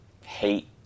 hate